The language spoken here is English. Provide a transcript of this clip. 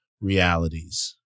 realities